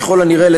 וככל הנראה,